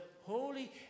holy